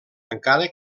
encara